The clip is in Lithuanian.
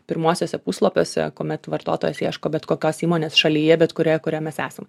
pirmuosiuose puslapiuose kuomet vartotojas ieško bet kokios įmonės šalyje bet kurioje kurioj mes esam